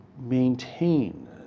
maintain